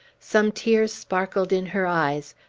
some tears sparkled in her eyes,